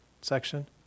section